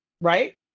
Right